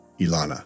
Ilana